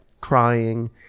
crying